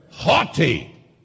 haughty